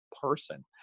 person